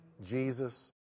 Jesus